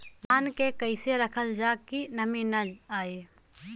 धान के कइसे रखल जाकि नमी न आए?